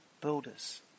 builders